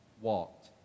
walked